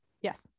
Yes